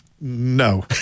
No